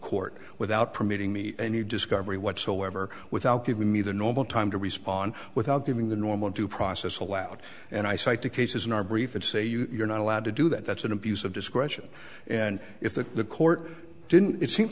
court without permitting me a new discovery whatsoever without giving me the normal time to respond without giving the normal due process allowed and i cite the cases in our brief and say you're not allowed to do that that's an abuse of discretion and if that the court didn't it seem